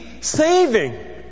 saving